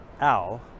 Al